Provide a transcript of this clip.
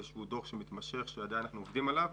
זה דוח מתמשך שאנחנו עדיין עובדים עליו,